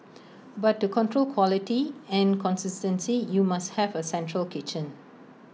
but to control quality and consistency you must have A central kitchen